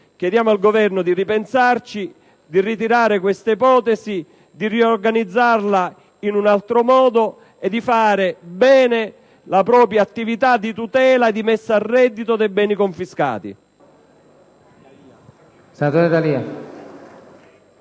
chiediamo al Governo di ripensarci, di ritirare questa ipotesi, di riorganizzarla in un altro modo e di fare bene la propria attività di tutela e di messa a reddito dei beni confiscati.